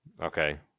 Okay